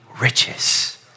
riches